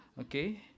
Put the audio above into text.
okay